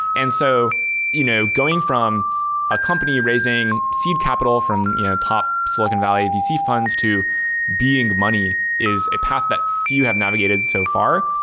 and so you know going from a company raising seed capital from yeah top silicon valley vc funds to being the money is a path that few have navigated so far.